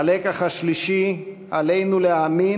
הלקח השלישי, עלינו להאמין